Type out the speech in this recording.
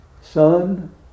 son